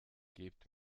gebt